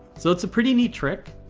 so it's a pretty neat trick.